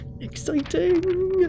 Exciting